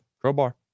Crowbar